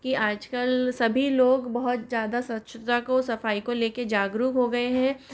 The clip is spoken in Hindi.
कि आजकल सभी लोग बहुत ज़्यादा स्वच्छता को सफाई को लेके जागरूक हो गए हैं